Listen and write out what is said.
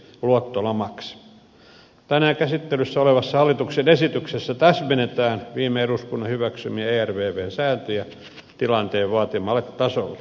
tänään käsittelyssä olevassa hallituksen esityksessä täsmennetään viime eduskunnan hyväksymiä ervvn sääntöjä tilanteen vaatimalle tasolle